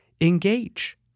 engage